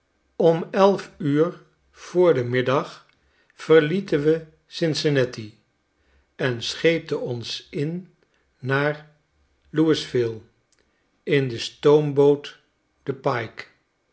om elf uur voor den middag verlieten we cincinnati en scheepte ons in naar louisville in de stoomboot de pike